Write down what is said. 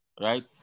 right